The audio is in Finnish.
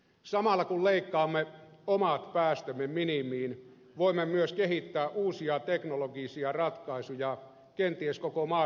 samalla kun leikkaamme omat päästömme minimiin voimme myös kehittää uusia teknologisia ratkaisuja kenties koko maailman tarpeisiin